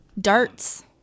Darts